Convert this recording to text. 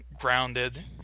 grounded